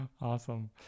awesome